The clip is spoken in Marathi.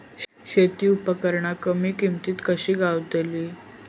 शेती उपकरणा कमी किमतीत कशी गावतली?